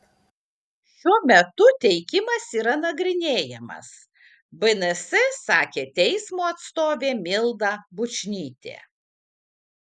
šiuo metu teikimas yra nagrinėjamas bns sakė teismo atstovė milda bučnytė